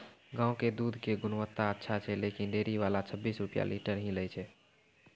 गांव के दूध के गुणवत्ता अच्छा छै लेकिन डेयरी वाला छब्बीस रुपिया लीटर ही लेय छै?